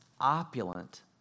opulent